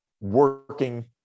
working